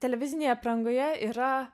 televizinėje aprangoje yra